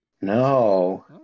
No